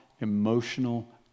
emotional